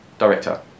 Director